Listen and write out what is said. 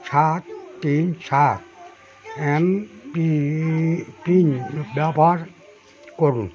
সাত তিন সাত এম পি পিন ব্যবহার করুন